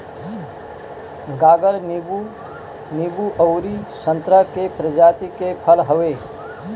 गागर नींबू, नींबू अउरी संतरा के प्रजाति के फल हवे